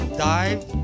dive